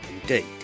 indeed